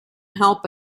help